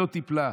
לא טיפלה"